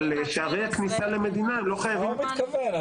אבל שערי הכניסה לישראל לא חייבים --- למה הוא מתכוון?